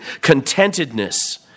contentedness